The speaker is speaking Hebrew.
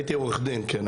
כן,